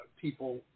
people